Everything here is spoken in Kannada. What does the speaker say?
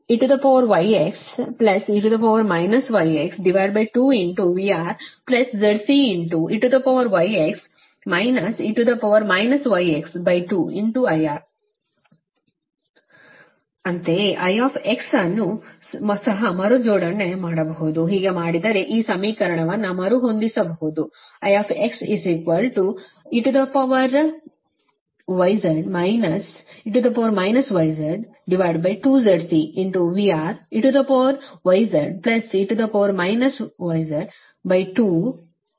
V eγxe γx2VRZCeγx e γx2IR ಅಂತೆಯೇ I ಅನ್ನು ಸಹ ಮರುಜೋಡಣೆ ಮಾಡಬಹುದು ಹೀಗೆ ಮಾಡಿದರೆ ಈ ಸಮೀಕರಣವನ್ನು ಮರುಹೊಂದಿಸಬಹುದು I eγx e γx2ZCVReγxe γx2IR ಇದು ಸಮೀಕರಣ 37